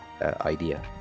idea